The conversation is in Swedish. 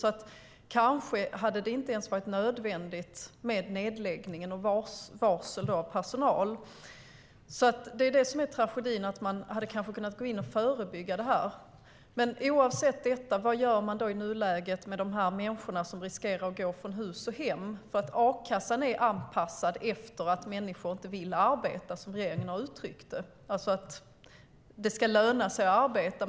Det kanske inte ens hade varit nödvändigt med nedläggning och varsel av personal. Tragedin är att man hade kunnat gå in och förebygga detta. Men oavsett detta, vad gör man i nuläget med de människor som riskerar att få gå från hus och hem? A-kassan är anpassad efter att människor inte vill arbeta, som regeringen har uttryckt det. Det ska alltså löna sig att arbeta.